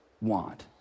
want